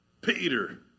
Peter